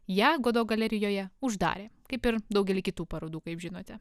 ją godo galerijoje uždarė kaip ir daugelį kitų parodų kaip žinote